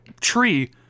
tree